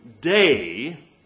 day